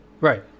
Right